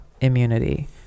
immunity